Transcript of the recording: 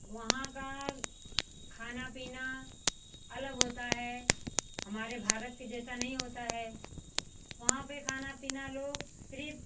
वहाँ का खाना पीना अलग होता है हमारे भारत के जैसा नहीं होता है वहाँ पर खाना पीना लोग सिर्फ़